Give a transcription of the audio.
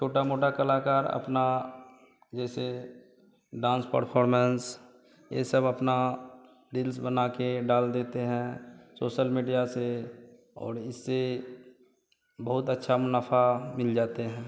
छोटा मोटा कलाकार अपना जैसे डांस परफॉरमेंस यह सब अपनी रील्स बनाकर डाल देते हैं सोसल मीडिया से और इससे बहुत अच्छा मुनाफा मिल जाता है